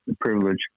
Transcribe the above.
privilege